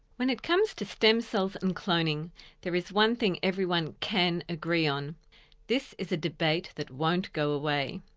when it comes to stem cells and cloning there is one thing everyone can agree on this is a debate that won't go away.